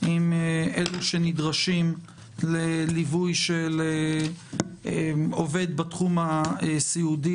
אלא אם כן אותו עובד ממשיך לטפל באותו מטופל סיעודי